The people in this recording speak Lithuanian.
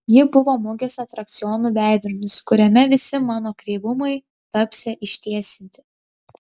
ji buvo mugės atrakcionų veidrodis kuriame visi mano kreivumai tapsią ištiesinti